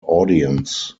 audience